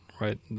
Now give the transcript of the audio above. right